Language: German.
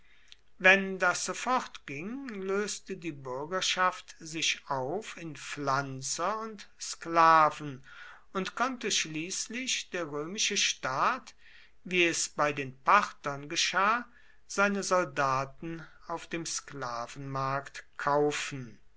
wenn das so fortging löste die bürgerschaft sich auf in pflanzer und sklaven und konnte schließlich der römische staat wie es bei den parthern geschah seine soldaten auf dem sklavenmarkt kaufen